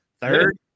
third